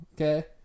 okay